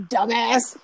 Dumbass